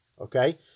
Okay